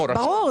ברור.